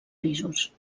pisos